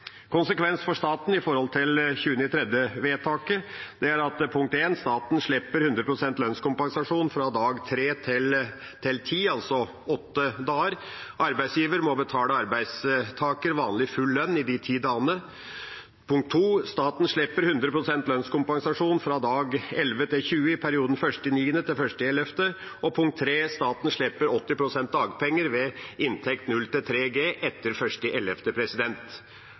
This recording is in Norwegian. for staten av 20. mars-vedtaket er at staten slipper 100 pst. lønnskompensasjon fra dag tre til ti, altså åtte dager, mens arbeidsgiver må betale arbeidstaker vanlig full lønn i de ti dagene staten slipper 100 pst. lønnskompensasjon fra dag 11 til 20 i perioden 1. september–1. november staten slipper 80 pst. dagpenger ved inntekt